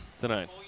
tonight